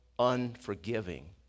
unforgiving